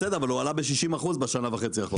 בסדר, אבל הוא עלה ב-60% בשנה וחצי האחרונות.